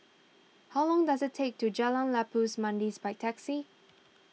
how long does it take to Jalan Labu Manis by taxi